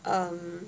um